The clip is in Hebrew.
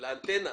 לאנטנה.